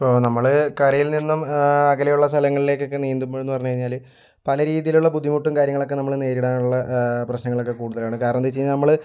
ഇപ്പോൾ നമ്മൾ കരയിൽ നിന്നും അകലെയുള്ള സ്ഥലങ്ങളിലേക്കൊക്കെ നീന്തുമ്പോഴെന്ന് പറഞ്ഞ് കഴിഞ്ഞാൽ പല രീതിയിലുള്ള ബുദ്ധിമുട്ടും കാര്യങ്ങളൊക്കെ നമ്മൾ നേരിടാനുള്ള പ്രശ്നങ്ങളൊക്കെ കൂടുതലാണ് കാരണം എന്തെന്ന് വെച്ചാൽ നമ്മൾ